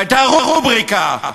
והייתה רובריקה,